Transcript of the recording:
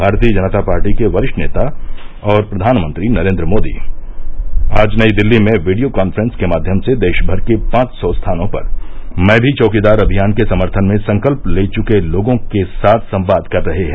भारतीय जनता पार्टी के वरिष्ठ नेता और प्रधानमंत्री नरेंद्र मोदी आज नई दिल्ली में वीडियो कॉन्फ्रेंस के माध्यम से देशभर के पांच सौ स्थानों पर मैं भी चौकीदार अमियान के समर्थन में संकल्प लेने चुके लोगों के साथ संवाद कर रहे है